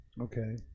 Okay